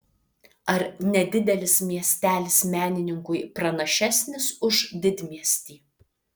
ar nedidelis miestelis menininkui pranašesnis už didmiestį